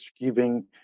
giving